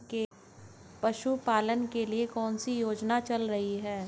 पशुपालन के लिए कौन सी योजना चल रही है?